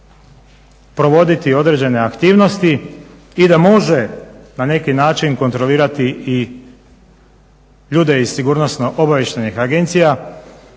provoditi određene aktivnosti i da može na neki način kontrolirati i ljude iz sigurnosno-obavještajnih agencija